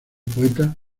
poeta